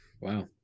wow